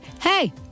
Hey